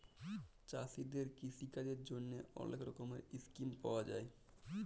চাষীদের কিষিকাজের জ্যনহে অলেক রকমের ইসকিম পাউয়া যায়